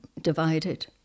divided